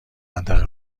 منطقه